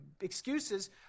excuses